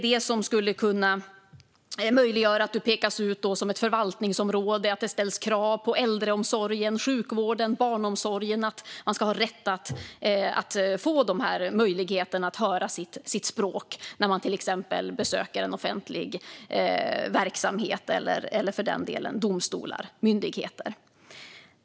Det möjliggör ett utpekande av ett förvaltningsområde och att man inom äldreomsorg, sjukvård och barnomsorg har rätt till sitt språk när man besöker en offentlig verksamhet, domstol eller myndighet.